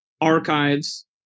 archives